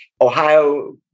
Ohio